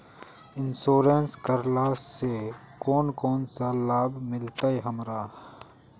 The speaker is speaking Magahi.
इंश्योरेंस करेला से कोन कोन सा लाभ मिलते हमरा?